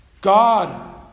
God